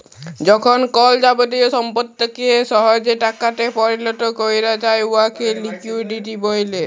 যখল কল যাবতীয় সম্পত্তিকে সহজে টাকাতে পরিলত ক্যরা যায় উয়াকে লিকুইডিটি ব্যলে